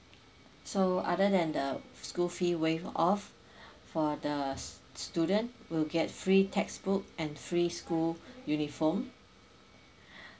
so other than the school fee waived off for the student will get free textbook and free school uniform